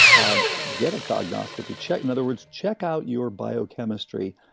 um get a cognoscopy check. in other words, check out your biochemistry.